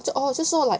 就 oh 就是说 like